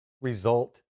result